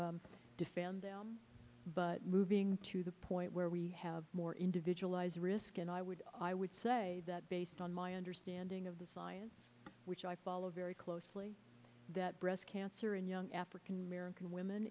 to defend them but moving to the point where we have more individualized risk and i would i would say that based on my understanding of the science which i follow very closely that breast cancer in young african american women